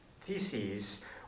theses